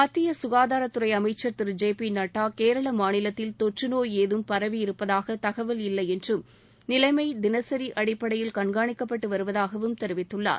மத்திய ககாதாரத்துறை அமைச்சர் திரு ஜே பி நட்டா கேரள மாநிலத்தில் தொற்றுநோய் ஏதும் பரவியிருப்பதாக தகவல் இல்லை என்றும் நிலைமை தினசரி அடிப்படையில் கண்காணிக்கப்பட்டு வருவதாகவும் தெரிவித்துள்ளார்